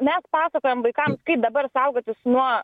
mes pasakojam vaikam kaip dabar saugotis nuo